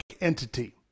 entity